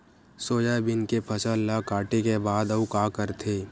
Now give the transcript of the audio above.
Soybean के फसल ल काटे के बाद आऊ का करथे?